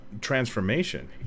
transformation